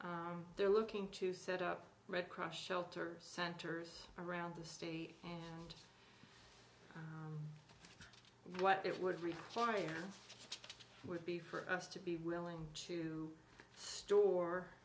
us they're looking to set up red cross shelter centers around the state and what it would require would be for us to be willing to